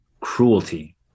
cruelty